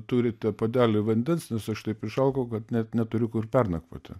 turite puodelį vandens nes aš taip išalkau kad net neturiu kur pernakvoti